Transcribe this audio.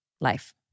life